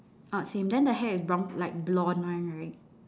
oh same then the hair is brown like blonde one right